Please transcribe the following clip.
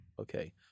Okay